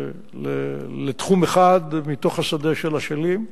לתחום אחד מתוך השדה של אשלים.